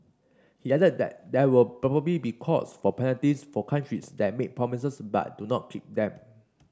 he added that there will probably be calls for penalties for countries that make promises but do not keep them